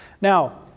now